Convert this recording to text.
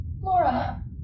Laura